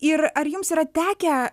ir ar jums yra tekę